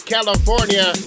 California